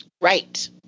Right